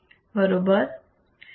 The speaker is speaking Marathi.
बरोबर